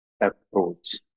approach